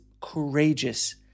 courageous